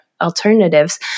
alternatives